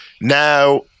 now